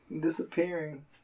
disappearing